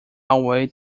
away